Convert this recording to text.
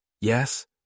Yes